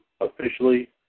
officially